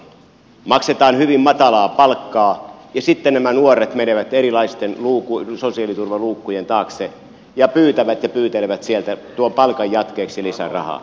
maksetaan hyvin matalaa palkkaa ja sitten nämä nuoret menevät erilaisten sosiaaliturvaluukkujen taakse ja pyytävät ja pyytelevät sieltä tuon palkan jatkeeksi lisärahaa